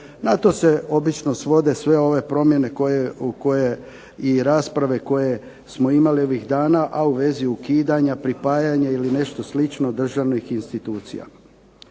Na to se obično svode sve ove promjene i rasprave koje smo imali ovih dana, a u vezi ukidanja, pripajanja ili nešto slično državnih institucija.